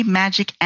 magic